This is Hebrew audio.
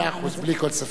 מאה אחוז, בלי כל ספק.